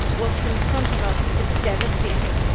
what's in front of us is devastating.